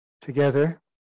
together